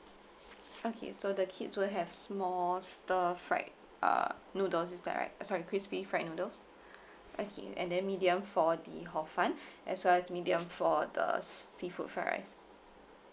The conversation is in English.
okay so the kids will have small stir fried uh noodles is that right uh sorry crispy fried noodles okay and then medium for the hor fun as well as medium for the seafood fried rice